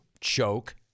choke